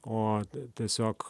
o tiesiog